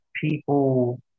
people